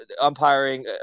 umpiring